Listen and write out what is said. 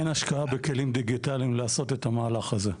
אין השקעה בכלים דיגיטליים לעשות את המהלך הזה.